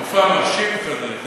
מופע מרשים כזה.